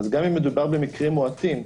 אז גם אם מדובר במקרים מועטים,